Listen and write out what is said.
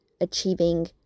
achieving